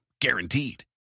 guaranteed